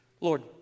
Lord